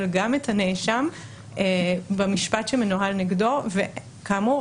גם את הנאשם במשפט שמנוהל נגדו וכאמור,